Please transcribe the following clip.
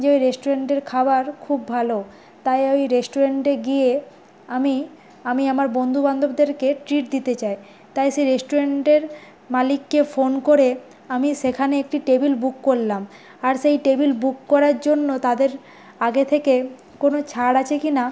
যে ওই রেস্টুরেন্টের খাবার খুব ভালো তাই ওই রেস্টুরেন্টে গিয়ে আমি আমি আমার বন্ধু বান্ধবদেরকে ট্রিট দিতে চায় তাই সেই রেস্টুরেন্টের মালিককে ফোন করে আমি সেখানে একটি টেবিল বুক করলাম আর সেই টেবিল বুক করার জন্য তাদের আগে থেকে কোনো ছাড় আছে কিনা